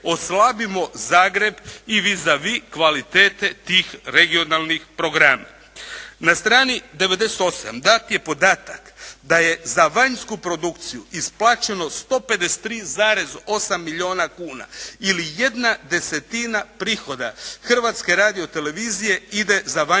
oslabimo Zagreb i vis a vis kvalitete tih regionalnih programa. Na strani 98 dat je podatak da je za vanjsku produkciju isplaćeno 153,8 milijuna kuna ili jedna desetina prihoda Hrvatske radiotelevizije ide za vanjsku